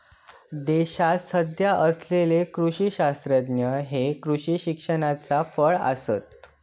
देशात सध्या असलेले कृषी शास्त्रज्ञ हे कृषी शिक्षणाचाच फळ आसत